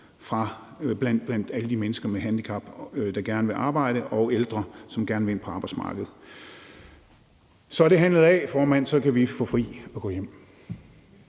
blandt alle de mennesker med handicap, der gerne vil arbejde, og ældre, som gerne vil ind på arbejdsmarkedet. Så er det handlet af, formand, så kan vi få fri og gå hjem.